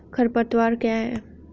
खरपतवार क्या है?